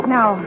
Now